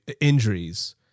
injuries